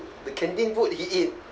the canteen food he eat